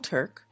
Turk